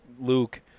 luke